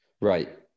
right